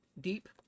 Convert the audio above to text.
deep